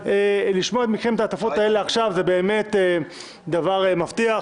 לשמוע מכם את ההטפות האלה עכשיו זה באמת דבר מפתיע.